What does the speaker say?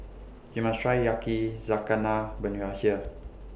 YOU must Try Yakizakana when YOU Are here